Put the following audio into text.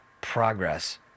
progress